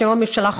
בשם הממשלה,